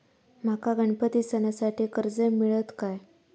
माका गणपती सणासाठी कर्ज मिळत काय?